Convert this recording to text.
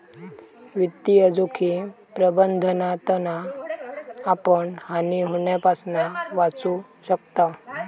वित्तीय जोखिम प्रबंधनातना आपण हानी होण्यापासना वाचू शकताव